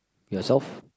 yourself